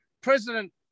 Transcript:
President